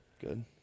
Good